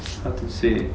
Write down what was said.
how to say